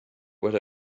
what